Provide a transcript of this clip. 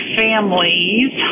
families